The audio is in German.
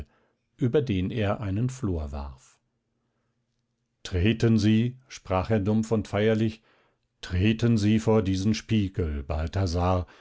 über den er einen flor warf treten sie sprach er dumpf und feierlich treten sie vor diesen spiegel balthasar